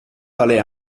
tale